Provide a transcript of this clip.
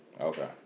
Okay